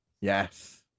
Yes